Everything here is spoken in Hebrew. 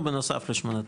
או בנוסף ל-8,000?